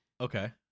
Okay